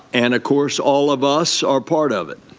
and of course all of us are part of it.